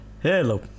Hello